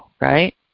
right